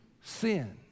sin